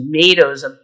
Tomatoes